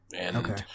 Okay